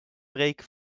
preek